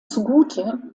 zugute